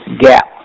gap